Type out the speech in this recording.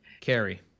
Carrie